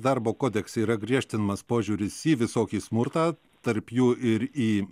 darbo kodekse yra griežtinamas požiūris į visokį smurtą tarp jų ir į